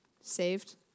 Saved